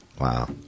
Wow